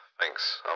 Thanks